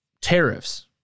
tariffs